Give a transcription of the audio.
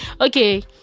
Okay